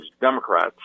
Democrats